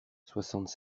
soixante